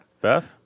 Beth